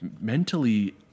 mentally